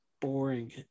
boring